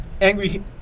Angry